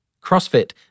CrossFit